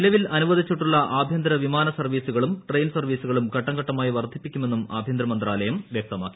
നിള്വീൽ ്അനുവദിച്ചിട്ടുള്ള ആഭ്യന്തര വിമാന സർവീസുകളും ട്രെയിർ ്സർവീസുകളും ഘട്ടംഘട്ടമായി വർധിപ്പിക്കുമെന്നും ആഭ്യന്തർ മ്യ്താലയം വ്യക്തമാക്കി